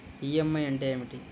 EMI అంటే ఏమిటి?